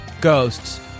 ghosts